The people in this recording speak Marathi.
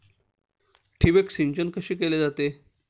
ठिबक सिंचन कसे केले जाते?